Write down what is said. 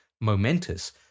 momentous